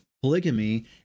polygamy